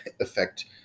affect